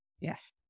Yes